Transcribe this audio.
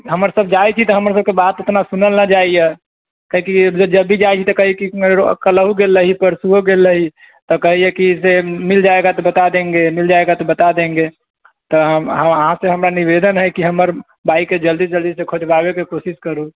हमर सभ जाइत छी तऽ हमर सभक बात तना सुनल नहि जाइया कहैकि जब भी जाइत छी तऽ कहैया कि काल्हि गेल रही परसुओ गेल रही तऽ कहैया कि से मिल जाएगा तो बता देङ्गे मिल जायेगा तो बता देङ्गे तऽ हम अहाँ से हमरा निवेदन हइ कि बाइकके जल्दीसँ जल्दी खोजबाबैके कोशिश करू